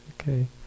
okay